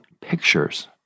pictures